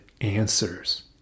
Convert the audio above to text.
answers